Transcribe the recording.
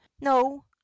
no